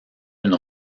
une